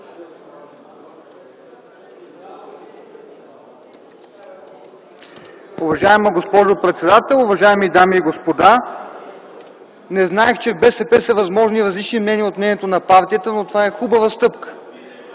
Уважаема госпожо председател, уважаеми дами и господа! Не знаех, че в БСП са възможни различни мнения от мнението на партията, но това е хубава стъпка!